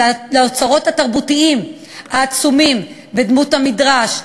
לאוצרות התרבותיים העצומים בדמות המדרש,